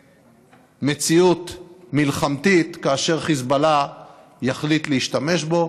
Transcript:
למציאות מלחמתית כאשר חיזבאללה יחליט להשתמש בו.